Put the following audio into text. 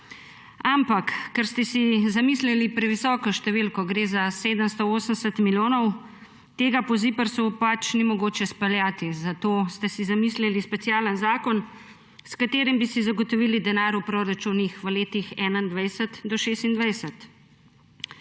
Ampak ker ste si zamislili previsoko številko, gre za 780 milijonov, tega po ZIPRS ni mogoče speljati, zato ste si zamislili specialen zakon, s katerim bi si zagotovili denar v proračunih v obdobju 2021–2026.